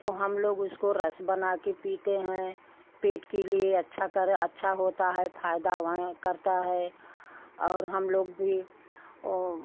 तो हम लोग उसको रस बना कर पीते हैं पेट के लिए अच्छा करे अच्छा होता है फायदा वहाँ करता है और हम लोग भी वह